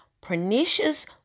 pernicious